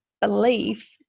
belief